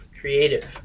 creative